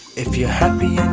if you're happy